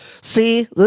See